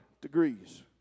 degrees